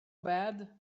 bad